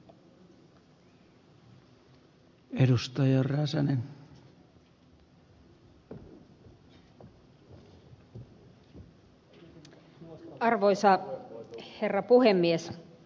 arvoisa herra puhemies